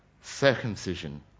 circumcision